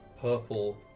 purple